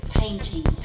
painting